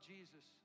Jesus